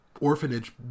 orphanage